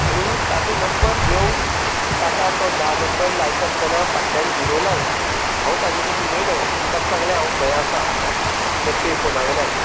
आनी ताचो नंबर घेवून ताका तो धा नंबर लायता आसतना फाटल्यान झिरो लावन हांव ताजे कडेन उलयलों आनी ताका सांगलें हांव खंय आसा त्या पे फोना वेल्यान